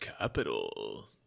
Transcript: Capital